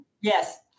Yes